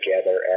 together